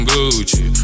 Gucci